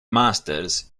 masters